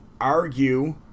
argue